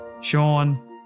Sean